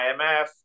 IMF